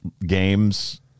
games